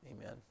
amen